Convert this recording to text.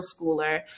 schooler